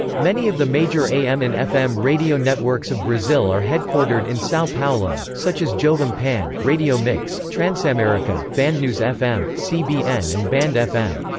many of the major am and fm radio networks of brazil are headquartered in sao paulo, such as jovem pan, radio mix, transamerica, bandnews fm, cbn and band fm.